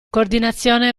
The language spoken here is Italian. coordinazione